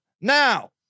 Now